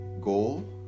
goal